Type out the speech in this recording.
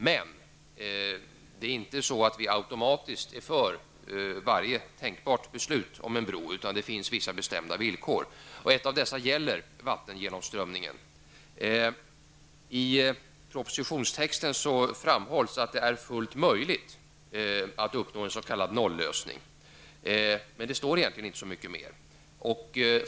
Men vi är därmed inte automatiskt för varje tänkbart beslut om en bro, utan det finns vissa bestämda villkor. Ett av dessa gäller just vattengenomströmningen. I propositionstexten framhålls att det är fullt möjligt att uppnå en s.k. nollösning, men det står egentligen inte så mycket mer.